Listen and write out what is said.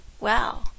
wow